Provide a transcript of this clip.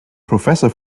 professor